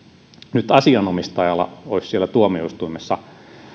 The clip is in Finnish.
nyt asianomistajalla olisi siellä tuomioistuimessa